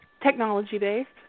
technology-based